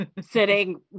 sitting